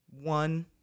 one